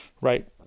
right